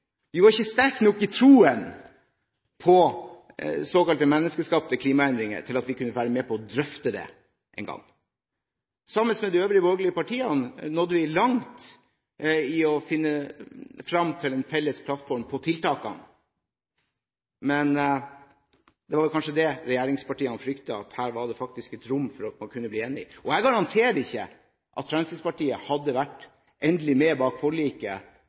Vi var ikke sterke nok i troen på såkalt menneskeskapte klimaendringer til at vi kunne få være med på å drøfte det engang. Sammen med de øvrige borgerlige partiene nådde vi langt i å finne frem til en felles plattform for tiltakene – men det var jo kanskje det regjeringspartiene fryktet, at her var det faktisk rom for at man kunne bli enig. Jeg garanterer at Fremskrittspartiet ikke hadde vært endelig med bak forliket